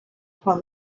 upon